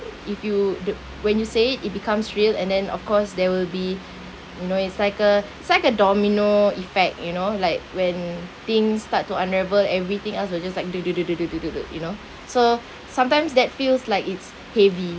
if you do when you say it becomes real and then of course there will be you know it's like a it's like a domino effect you know like when things start to unravel everything else will just like [duh] [duh] [duh] [duh] [duh] [duh] [duh] [duh] you know so sometimes that feels like it's heavy